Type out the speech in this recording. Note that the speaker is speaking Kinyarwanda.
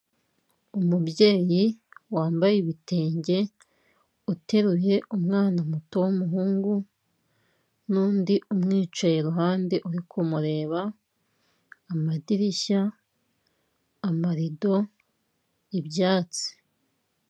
Umubyeyi wambaye ibitenge uteruye umwana muto w'umuhungu n'undi umwicaye iruhande uri kumureba, amadirishya, amarido, ibyatsi.